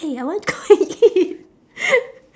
eh I want to go and eat